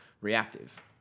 reactive